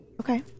Okay